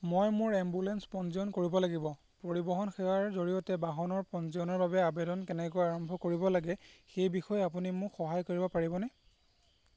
মই মোৰ এম্বুলেন্স পঞ্জীয়ন কৰিব লাগিব পৰিবহণ সেৱাৰ জৰিয়তে বাহনৰ পঞ্জীয়নৰ বাবে আবেদন কেনেকৈ আৰম্ভ কৰিব লাগে সেই বিষয়ে আপুনি মোক সহায় কৰিব পাৰিবনে